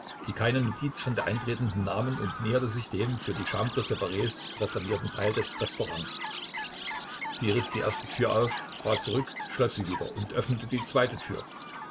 die keine notiz von der eintretenden nahmen und näherte sich dem für die chambres spares reservierten teil des restaurants sie riß die erste tür auf trat zurück schloß sie wieder und öffnete die zweite tür